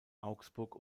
augsburg